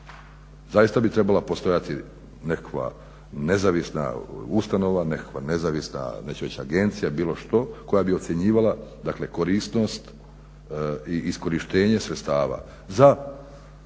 Zaista bi trebala postojati nekakva nezavisna ustanova, nekakva nezavisna neću reći agencija, bilo što koja bi ocjenjivala dakle korisnost i iskorištenje sredstava za poboljšanje